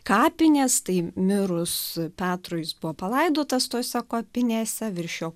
kapinės tai mirus petrui jis buvo palaidotas tose kapinėse virš jo